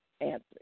answer